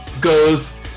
goes